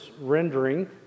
rendering